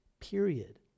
period